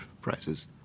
prices